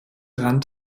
rand